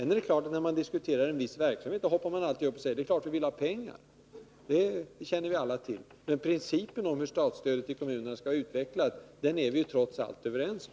När man sedan diskuterar en viss verksamhet hoppar man alltid upp och säger: Det är klart att vi vill ha pengar. Detta känner vi alla till. Men principen för hur statsstödet till kommunerna skall utvecklas är vi trots allt överens om.